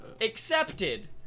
accepted